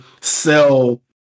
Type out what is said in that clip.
sell